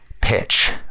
pitch